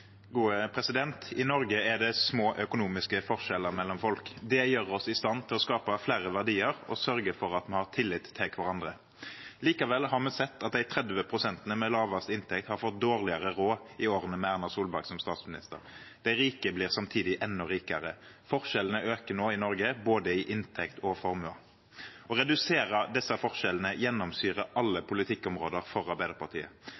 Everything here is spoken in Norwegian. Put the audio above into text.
for at vi har tillit til hverandre. Likevel har vi sett at de 30 pst. med lavest inntekt har fått dårligere råd i årene med Erna Solberg som statsminister. De rike blir samtidig enda rikere. Forskjellene øker nå i Norge, både i inntekt og i formue. Å redusere disse forskjellene gjennomsyrer alle politikkområder for Arbeiderpartiet.